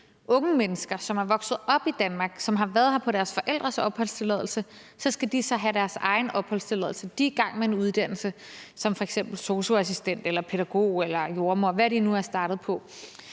unge mennesker, som er vokset op i Danmark, som har været her på deres forældres opholdstilladelse, og som så skal have deres egen opholdstilladelse. De er f.eks. i gang med en uddannelse som sosu-assistent, pædagog eller jordemoder, eller hvad de nu er startet på,